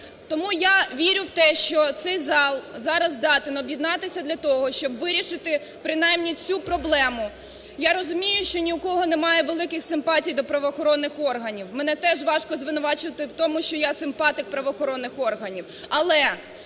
Тому я вірю в те, що цей зал зараз здатен об'єднатися для того, щоб вирішити принаймні цю проблему. Я розумію, що ні в кого немає великих симпатій до правоохоронних органів, мене теж важко звинувачувати в тому, що я – симпатик правоохоронних органів,